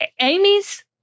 Amy's